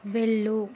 వెళ్ళు